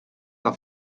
que